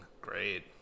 Great